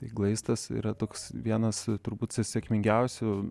glaistas yra toks vienas turbūt se sėkmingiausių